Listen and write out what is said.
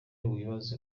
wibaza